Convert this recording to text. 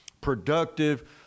productive